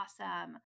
awesome